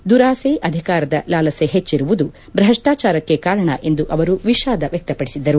ದುರಾಸೆ ಅಧಿಕಾರದ ಲಾಲಸೆ ಹೆಚ್ಚಿರುವುದು ಭ್ರಷ್ಟಾಚಾರಕ್ಕೆ ಕಾರಣ ಎಂದು ಅವರು ವಿಷಾದ ವ್ಯಕ್ತಪಡಿಸಿದರು